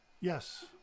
Yes